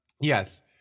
Yes